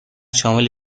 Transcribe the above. شامل